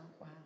wow